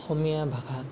অসমীয়া ভাষা